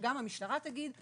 שגם המשטרה תגיד,